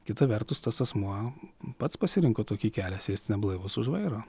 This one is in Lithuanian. kita vertus tas asmuo pats pasirinko tokį kelią sėsti neblaivus už vairo